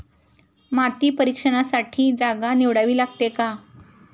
माती परीक्षणासाठी जागा निवडावी लागते का?